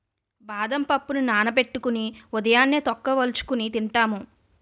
బాదం పప్పుని నానబెట్టుకొని ఉదయాన్నే తొక్క వలుచుకొని తింటాము